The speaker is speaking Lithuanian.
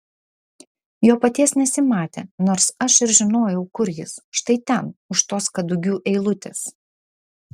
jo paties nesimatė nors aš ir žinojau kur jis štai ten už tos kadugių eilutės